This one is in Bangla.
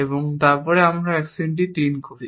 এবং তারপরে আমরা অ্যাকশনটি 3 করি